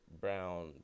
brown